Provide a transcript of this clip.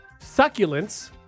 Succulents